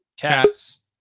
cats